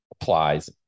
applies